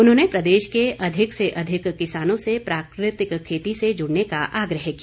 उन्होंने प्रदेश के अधिक से अधिक किसानों से प्राकृतिक खेती से जुड़ने का आग्रह किया